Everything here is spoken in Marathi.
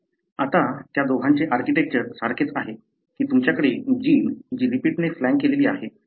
आता त्या दोघांचे आर्किटेक्चर सारखेच आहे की तुमच्याकडे जीन जी रिपीटने फ्लॅक केलेली आहे बरोबर